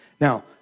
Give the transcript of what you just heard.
Now